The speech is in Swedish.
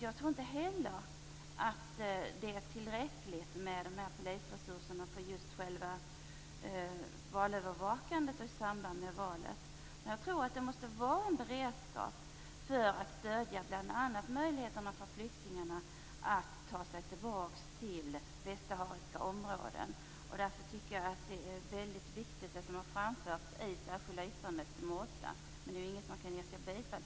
Jag tror inte heller att det är tillräckligt med polisresurserna för just själva valövervakandet och annat i samband med valet. Jag tror att det behövs en beredskap till stöd bl.a. för flyktingarnas möjligheter att ta sig tillbaka till västsahariska områden. Därför tycker jag att det som framförs i det särskilda yttrandet nr 8, som jag ju inte kan yrka bifall till, är väldigt viktigt.